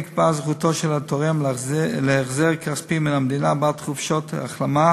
נקבעה זכותו של התורם להחזר כספי מן המדינה בעד חופשת החלמה